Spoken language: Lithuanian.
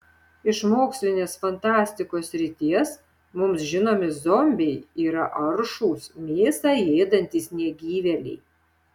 iš mokslinės fantastikos srities mums žinomi zombiai yra aršūs mėsą ėdantys negyvėliai